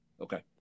Okay